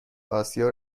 آسیا